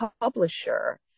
publisher